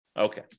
okay